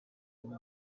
ubu